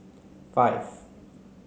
five